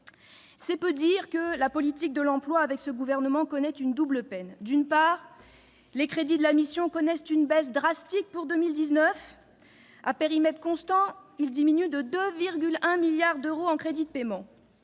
C'est peu dire que la politique de l'emploi est soumise, avec ce gouvernement, à une double peine. D'une part, les crédits de la mission connaissent une baisse drastique pour 2019. À périmètre constant, ils diminuent de 2,1 milliards d'euros en crédits de paiement.